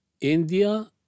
India